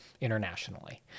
internationally